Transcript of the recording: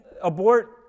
abort